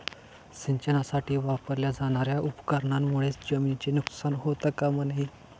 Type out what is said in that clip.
सिंचनासाठी वापरल्या जाणार्या उपकरणांमुळे जमिनीचे नुकसान होता कामा नये